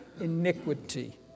iniquity